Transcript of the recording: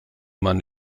man